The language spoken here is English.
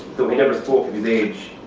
though we never spoke of his age.